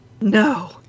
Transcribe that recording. No